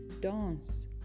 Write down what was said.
Dance